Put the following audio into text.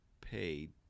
paid